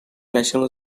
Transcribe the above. national